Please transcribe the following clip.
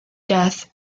death